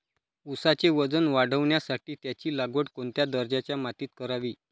ऊसाचे वजन वाढवण्यासाठी त्याची लागवड कोणत्या दर्जाच्या मातीत करावी?